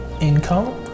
income